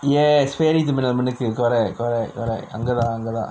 yes ferry terminal மின்னுக்கு:minnukku correct correct correct அங்கதா அங்கதா:angathaa angathaa